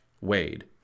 wade